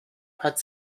hat